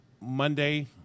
monday